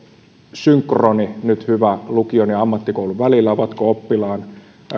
synkroni nyt hyvä lukion ja ammattikoulun välillä ovatko oppilaan